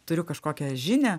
turiu kažkokią žinią